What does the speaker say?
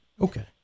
okay